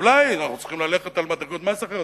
אולי אנחנו צריכים ללכת על מדרגות מס אחרות.